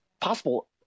possible